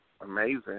amazing